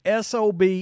SOB